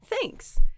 Thanks